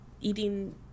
eating